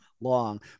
long